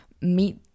meet